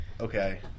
Okay